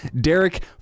Derek